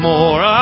More